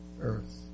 earth